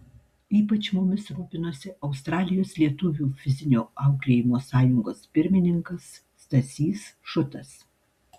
ypač mumis rūpinosi australijos lietuvių fizinio auklėjimo sąjungos pirmininkas stasys šutas